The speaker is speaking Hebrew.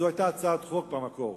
זאת היתה הצעת חוק במקור,